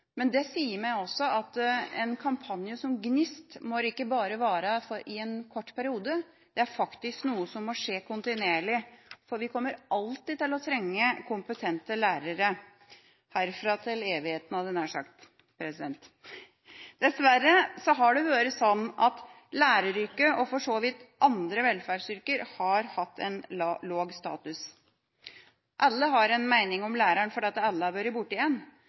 men det sier meg også at en kampanje som GNIST ikke bare må virke en kort periode – dette er faktisk noe som må skje kontinuerlig. Vi kommer alltid til å trenge kompetente lærere – herfra til evigheten! Dessverre har det vært sånn at læreryrket, og for så vidt andre velferdsyrker, har hatt lav status. Alle har en mening om læreren, fordi alle har vært